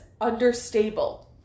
Understable